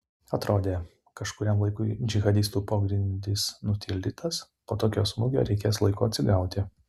atrodė kažkuriam laikui džihadistų pogrindis nutildytas po tokio smūgio reikės laiko atsigauti